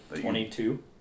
Twenty-two